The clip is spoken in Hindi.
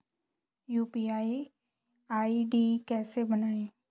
यू.पी.आई आई.डी कैसे बनाएं?